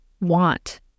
want